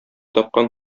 тапкан